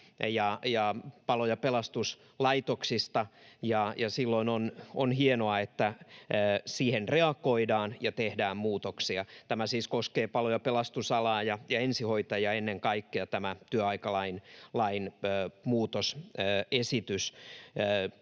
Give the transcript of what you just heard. ja palo- ja pelastuslaitoksista, ja silloin on hienoa, että siihen reagoidaan ja tehdään muutoksia. Tämä työaikalain muutosesitys siis koskee palo- ja pelastusalaa ja ensihoitajia ennen kaikkea. Tässä edellä edustaja